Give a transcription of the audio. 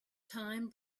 time